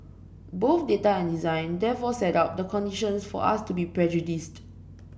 both data and design therefore set up the conditions for us to be prejudiced